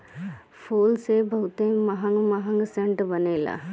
फूल से बहुते महंग महंग सेंट बनेला